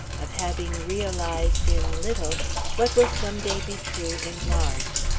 of having realized in little what will some day be true in large.